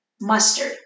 mustard